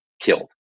killed